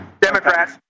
Democrats